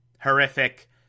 horrific